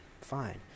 fine